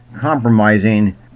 compromising